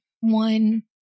one